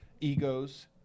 egos